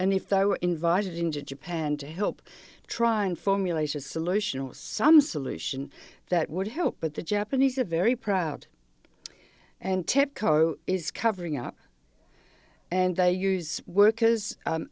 and if they were invited in japan to help trying formulation a solution or some solution that would help but the japanese are very proud and tepco is covering up and they use workers